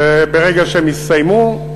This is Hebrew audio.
וברגע שהם יסתיימו,